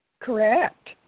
Correct